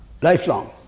Lifelong